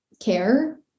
care